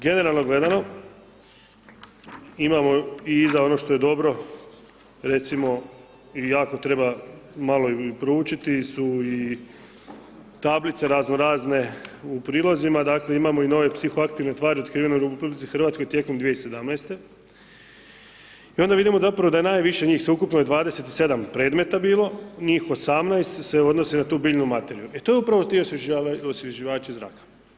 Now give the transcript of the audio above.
Generalno gledano, imamo i iza ono što je dobro recimo i jako treba malo i proučiti su i tablice raznorazne u prilazima, dakle imamo i nove psihoaktivne tvari otkrivene u RH tijekom 2017. i onda vidimo zapravo da najviše njih sveukupno 27 predmeta je bilo, njih 18 se odnosi na tu biljnu materiju, e to je ti osvježivači zraka.